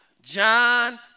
John